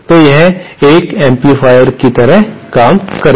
तो यह एक एम्पलीफायर की तरह काम करेगा